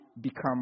become